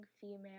female